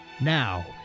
Now